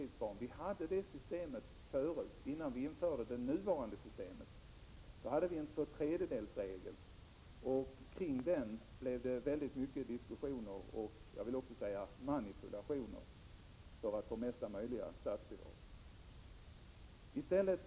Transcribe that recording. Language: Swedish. Innan vi införde 19 november 1987 det nya systemet hade vi en 2/3-regel, som förorsakade mycket av diskussio= = vY.oodboron förvmne ner och — låg mig säga det — också manipulationer, som syftade till utverkande av bästa möjliga statsbidrag.